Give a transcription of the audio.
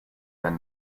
their